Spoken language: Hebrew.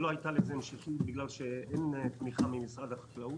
לא הייתה לזה המשכיות בגלל שאין תמיכה ממשרד החקלאות.